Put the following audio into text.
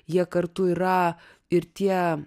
jie kartu yra ir tie